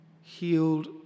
healed